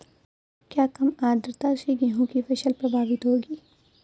क्या कम आर्द्रता से गेहूँ की फसल प्रभावित होगी?